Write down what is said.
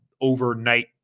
overnight